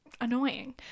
annoying